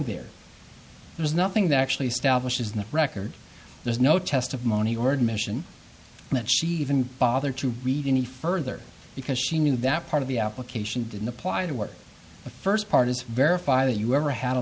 there there's nothing that actually stablish is no record there's no testimony word mission that she even bother to read any further because she knew that part of the application didn't apply the work the first part is verify that you ever had a